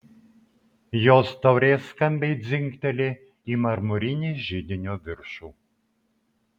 jos taurė skambiai dzingteli į marmurinį židinio viršų